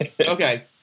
Okay